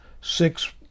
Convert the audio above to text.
six